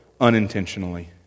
unintentionally